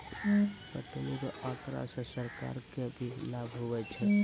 पटौनी रो आँकड़ा से सरकार के भी लाभ हुवै छै